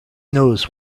knows